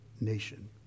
nation